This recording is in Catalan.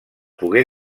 pogué